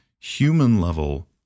human-level